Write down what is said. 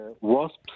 wasps